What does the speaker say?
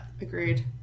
Agreed